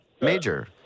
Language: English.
major